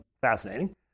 fascinating